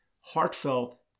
heartfelt